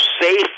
safe